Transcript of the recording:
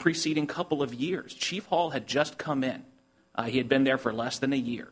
preceding couple of years chief hall had just come in he had been there for less than a year